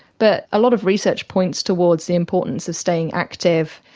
but a lot of research points towards the importance of staying active.